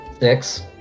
six